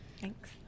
thanks